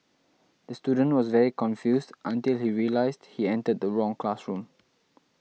the student was very confused until he realised he entered the wrong classroom